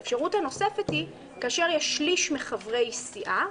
האפשרות הנוספת היא כאשר יש שליש מחברי סיעה